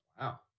Wow